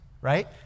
right